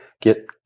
get